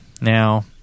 Now